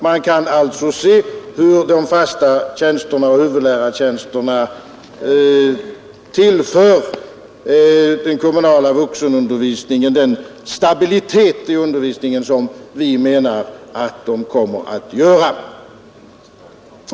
Man kan alltså se hur de fasta tjänsterna och huvudlärartjänsterna tillför den kommunala vuxenutbildningen den stabilitet i undervisningen som vi anser att dessa tjänster kommer att medföra.